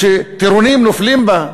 שטירונים נופלים בה.